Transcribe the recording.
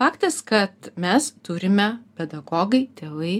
faktas kad mes turime pedagogai tėvai